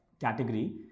category